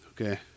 Okay